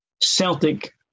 Celtic